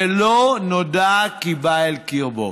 ולא נודע כי בא אל קרבו.